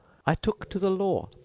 i took to the law,